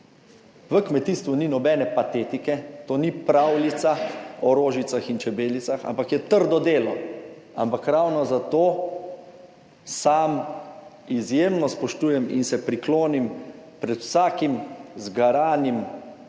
V kmetijstvu ni nobene patetike, to ni pravljica o rožicah in čebelicah, ampak je trdo delo. Ampak ravno zato sam izjemno spoštujem in se priklonim pred vsakim zgaranim